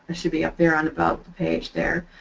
should be up there on about the page there.